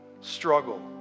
struggle